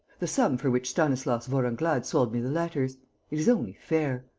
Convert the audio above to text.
the sum for which stanislas vorenglade sold me the letters. it is only fair.